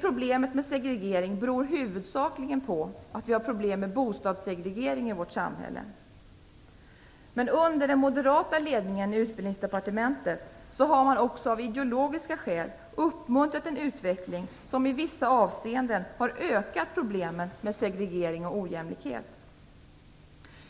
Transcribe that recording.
Problemet med denna segregering beror huvudsakligen på att vi har en bostadssegregering i vårt samhälle. Men under den moderata ledningen i Utbildningsdepartementet har man också av ideologiska skäl uppmuntrat en utveckling som i vissa avseenden har ökat problemet med segregering och ojämlikhet.